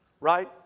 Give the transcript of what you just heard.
right